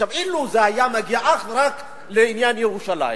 אילו זה היה מגיע אך ורק לעניין ירושלים,